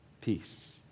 peace